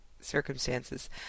circumstances